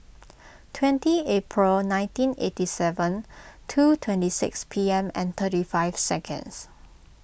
twelve April nineteen eighty seven two twenty six P M and thirty five seconds